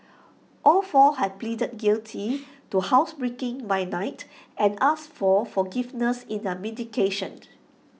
all four have pleaded guilty to housebreaking by night and asked for forgiveness in their mitigation